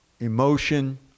emotion